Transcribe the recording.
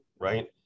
right